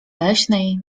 leśnej